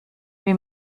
wie